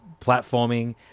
platforming